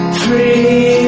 free